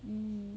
mm